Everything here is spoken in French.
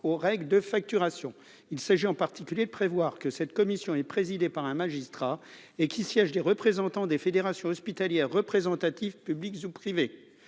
aux règles de facturation, il s'agit en particulier de prévoir que cette commission est présidée par un magistrat et qui siègent des représentants des fédérations hospitalières représentatives, publics ou privés,